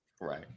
Right